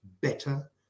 better